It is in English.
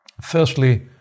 Firstly